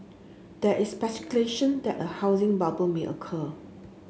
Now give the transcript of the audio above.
there is speculation that a housing bubble may occur